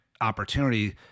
opportunity